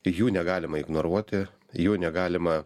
jų negalima ignoruoti jų negalima